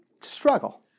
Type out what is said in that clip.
struggle